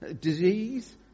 Disease